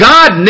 God